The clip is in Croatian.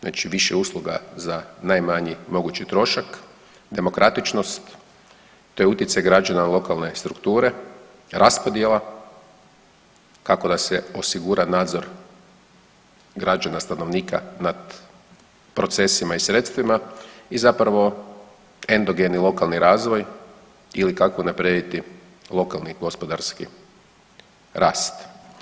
Znači više usluga za najmanji mogući trošak, demokratičnost, to je utjecaj građana na lokalne strukture, raspodjela kako da se osigura nadzor građana, stanovnika nad procesima i sredstvima i zapravo endogeni lokalni razvoj ili kako unaprijediti lokalni gospodarski rast.